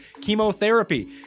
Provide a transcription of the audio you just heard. chemotherapy